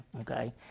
okay